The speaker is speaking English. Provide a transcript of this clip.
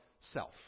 self